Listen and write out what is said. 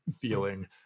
feeling